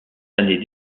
années